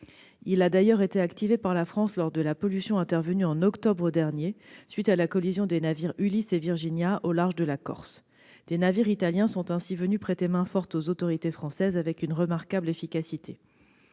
Il a d'ailleurs été activé par la France lors de la pollution intervenue au mois d'octobre dernier à la suite de la collision des navires et au large de la Corse : des navires italiens sont venus prêter main-forte aux autorités françaises avec une remarquable efficacité.